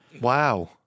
Wow